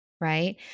right